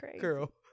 Girl